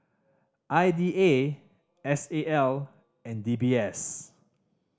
I D A S A L and D B S